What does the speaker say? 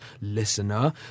listener